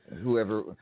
whoever